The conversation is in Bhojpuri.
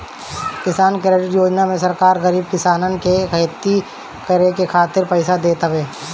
किसान क्रेडिट योजना में सरकार गरीब किसानन के खेती करे खातिर पईसा देत हवे